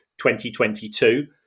2022